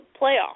playoff